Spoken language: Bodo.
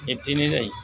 बिब्दिनो जाय